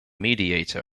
mediator